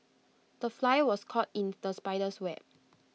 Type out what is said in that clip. the fly was caught in the spider's web